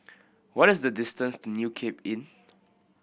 what is the distance to New Cape Inn